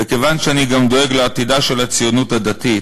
וכיוון שאני דואג גם לעתידה של הציונות הדתית,